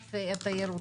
לענף התיירות.